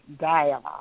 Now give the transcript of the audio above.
dialogue